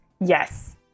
yes